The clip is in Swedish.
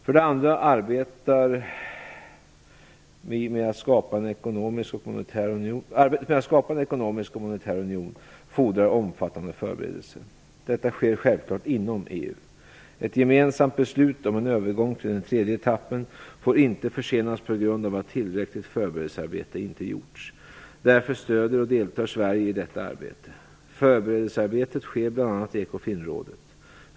För det andra fordrar arbetet med att skapa en ekonomisk och monetär union omfattande förberedelser. Dessa sker självfallet inom EU. Ett gemensamt beslut om en övergång till den tredje etappen får inte försenas på grund av att tillräckligt förberedelsearbete inte gjorts. Därför stöder och deltar Sverige i detta arbete. Förberedelsearbetet sker bl.a. i Ekofinrådet.